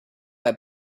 her